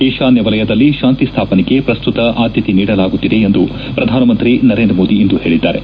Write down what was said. ಈಶಾನ್ಯ ವಲಯದಲ್ಲಿ ಶಾಂತಿ ಸ್ಥಾಪನೆಗೆ ಪ್ರಸ್ತುತ ಆದ್ಲತೆ ನೀಡಲಾಗುತ್ತಿದೆ ಎಂದು ಪ್ರಧಾನಮಂತ್ರಿ ನರೇಂದ್ರ ಮೋದಿ ಇಂದು ಹೇಳದ್ದಾರೆ